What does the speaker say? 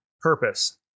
purpose